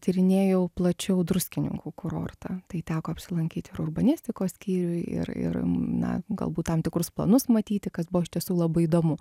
tyrinėjau plačiau druskininkų kurortą tai teko apsilankyt ir urbanistikos skyriuj ir ir na galbūt tam tikrus planus matyti kas buvo iš tiesų labai įdomu